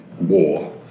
War